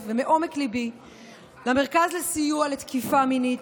ומעומק ליבי למרכז לסיוע לתקיפה מינית,